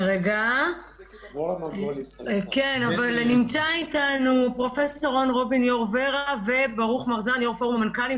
מבחינת האוניברסיטאות מהוראה פרונטאלית